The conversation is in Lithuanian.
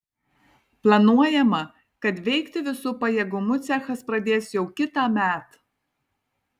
planuojama kad veikti visu pajėgumu cechas pradės jau kitąmet